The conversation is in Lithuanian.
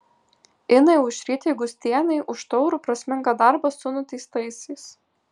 inai aušrytei gustienei už taurų prasmingą darbą su nuteistaisiais